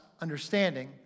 understanding